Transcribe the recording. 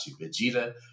Vegeta